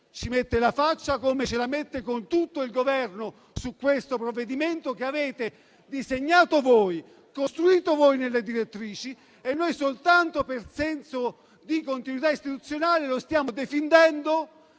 ci mette la faccia, come tutto il Governo su questo provvedimento che avete disegnato e costruito voi nelle direttrici e noi, soltanto per senso di continuità istituzionale, lo stiamo difendendo